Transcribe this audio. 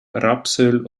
rapsöl